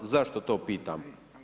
Zašto to pitam?